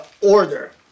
order